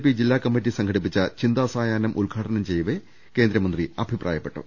P ജില്ലാ committee സംഘടിപ്പിച്ച ചിന്താസായാഹ്നം ഉദ്ഘാ ടനം ചെയ്യവെ മന്ത്രി അഭിപ്രായപ്പെട്ടു